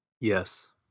Yes